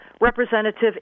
Representative